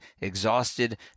exhausted